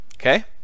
Okay